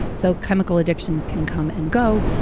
so chemical addictions can come and go.